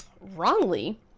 wrongly